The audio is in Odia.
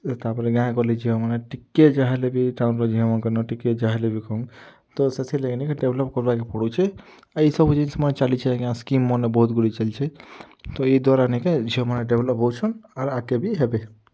ତା'ର୍ପରେ ଗାଁ'ଗଅଁଲିର୍ ଝିଅମାନେ ଟିକେ ଯାହାହେଲେ ବି ଟାଉନ୍ ର ଝିଅମାନ୍କର ନୁ ଟିକେ ଯାହାହେଲେ ବି କମ୍ ତ ସେଥିର୍ଲାଗି ନି କେଁ ଡ଼େଭ୍ଲପ୍ କର୍ବାର୍କେ ପଡ଼ୁଛେ ଆର୍ ଇ ସବୁ ଜିନିଷ୍ମାନେ ଚାଲିଛେ ଆଜ୍ଞା ସ୍କିମ୍ ମାନେ ବହୁତ୍ ଗୁଡ଼େ ଚାଲିଛେ ତ ଇ ଦ୍ୱାରା ନି କେଁ ଝିଅମାନେ ଡ଼େଭ୍ଲପ୍ ହେଉଛନ୍ ଆର୍ ଆଗ୍କେ ବି ହେବେ